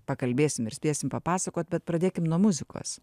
pakalbėsim ir spėsim papasakot bet pradėkim nuo muzikos